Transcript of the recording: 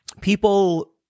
people